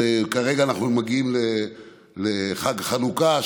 כרגע אנחנו מגיעים לחג חנוכה,